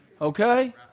Okay